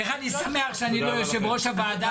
איך אני שמח שאני לא יושב-ראש הוועדה